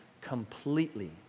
completely